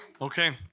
Okay